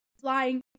flying